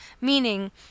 meaning